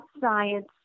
science